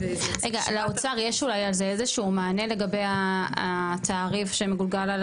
רגע לאוצר יש אולי על זה איזשהו מענה לגבי התעריף שמגולגל?